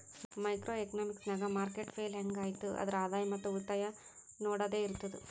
micro economics ನಾಗ್ market fail ಹ್ಯಾಂಗ್ ಐಯ್ತ್ ಆದ್ರ ಆದಾಯ ಮತ್ ಉಳಿತಾಯ ನೊಡದ್ದದೆ ಇರ್ತುದ್